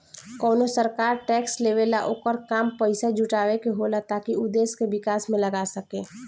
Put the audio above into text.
कवनो सरकार टैक्स लेवेला ओकर काम पइसा जुटावे के होला ताकि उ देश के विकास में लगा सके